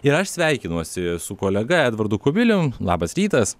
ir aš sveikinuosi su kolega edvardu kubilium labas rytas